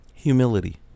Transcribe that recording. Humility